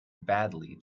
badly